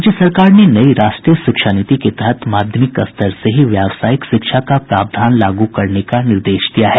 राज्य सरकार ने नई राष्ट्रीय शिक्षा नीति के तहत माध्यमिक स्तर से ही व्यावसायिक शिक्षा का प्रावधान लागू करने का निर्देश दिया है